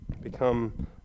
become